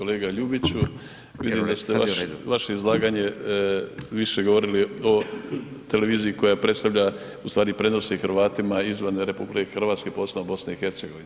Kolega Ljubiću, vidim da ste vaš, vaše izlaganje više govorili o televiziji koja predstavlja u stvari prenosi Hrvatima izvan RH posebno BiH.